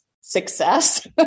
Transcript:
success